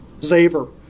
Zaver